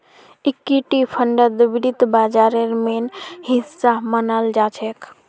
equity फंडक वित्त बाजारेर मेन हिस्सा मनाल जाछेक